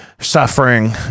suffering